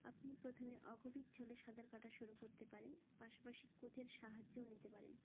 আপনি প্রথমে অগভীর জলে সাঁতার কাটা শুরু করতে পারেন পাশাপাশি কোচের সাহায্যও নিতে পারেন